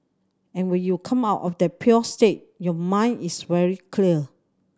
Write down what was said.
and when you come out of the pure state your mind is very clear